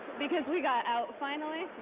because we got out, finally,